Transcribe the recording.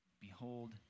Behold